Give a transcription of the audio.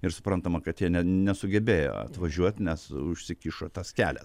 ir suprantama kad jie nesugebėjo atvažiuot nes užsikišo tas kelias